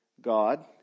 God